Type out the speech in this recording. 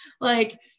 like-